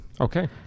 Okay